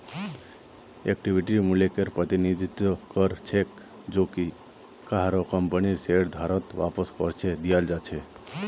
इक्विटीर मूल्यकेर प्रतिनिधित्व कर छेक जो कि काहरो कंपनीर शेयरधारकत वापस करे दियाल् जा छेक